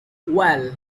well